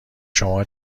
شما